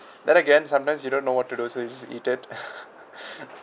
then again sometimes you don't know what to do so you just eat it